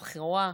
הבכורה,